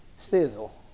sizzle